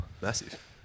massive